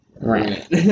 Right